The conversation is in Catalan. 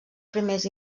primers